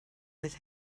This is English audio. with